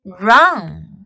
run